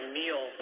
meal